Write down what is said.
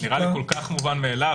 זה נראה לי כל כך מובן מאליו.